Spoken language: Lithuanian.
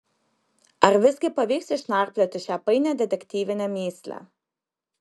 ar visgi pavyks išnarplioti šią painią detektyvinę mįslę